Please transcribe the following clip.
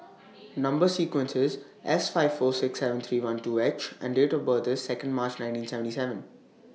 Number sequence IS S five four six seven three one two H and Date of birth IS Second March nineteen seventy seven